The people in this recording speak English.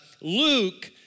Luke